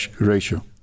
ratio